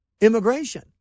immigration